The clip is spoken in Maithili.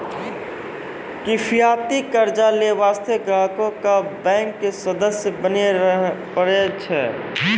किफायती कर्जा लै बास्ते ग्राहको क बैंक के सदस्य बने परै छै